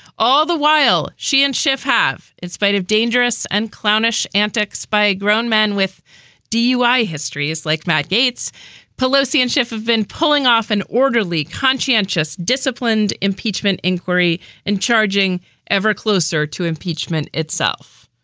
all the while she and schiff have in spite of dangerous and clownish antics by grown men with dui histories like matt gates pelosi and schiff have been pulling off an orderly conscientious disciplined impeachment inquiry and charging ever closer to impeachment itself.